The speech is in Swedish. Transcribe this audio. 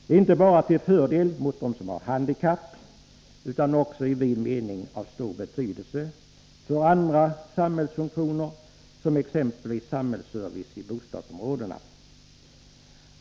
Det är inte bara till fördel för dem som har handikapp utan också i vid mening av stor betydelse för andra samhällsfunktioner, exempelvis samhällsservice i bostadsområdena.